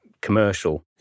commercial